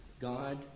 God